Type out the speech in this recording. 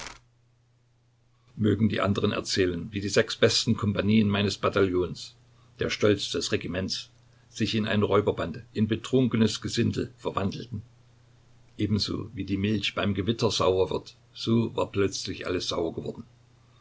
mögen die anderen erzählen wie die sechs besten kompanien meines bataillons der stolz des regiments sich in eine räuberbande in betrunkenes gesindel verwandelten ehe ich es mir versah war es schon geschehen ebenso wie die milch beim gewitter sauer wird so war plötzlich alles sauer geworden